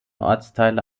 ortsteile